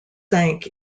sank